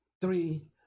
three